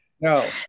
No